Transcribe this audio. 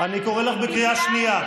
אני קורא אותך בקריאה שנייה.